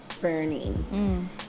burning